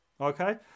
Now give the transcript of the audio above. Okay